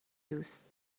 دوست